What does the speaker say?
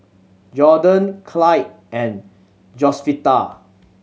Jordon Clyde and Josefita